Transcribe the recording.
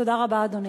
תודה רבה, אדוני.